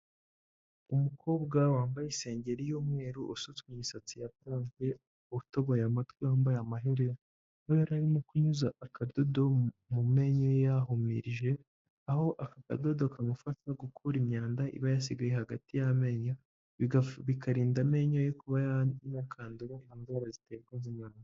Umukobwa wambaye isengeri y'umweru, usutswe imisatsi ya purante, utoboye amatwi wambaye amaherena, aho yari arimo kunyuza akadodo mu menyo ye yahumirije, aho aka kadodo kamufata gukura imyanda iba yasigaye hagati y'amenyo, bikarinda amenyo ye kuba yanakandura indwara ziterwa n'umwanda.